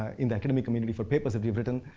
ah in the academic community for papers that we've written.